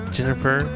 Jennifer